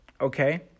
Okay